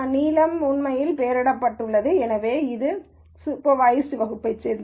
நீலம் உண்மையில் பெயரிடப்பட்டுள்ளது எனவே இது சூப்பர்வய்ஸ்ட்வகுப்பைச் சேர்ந்தது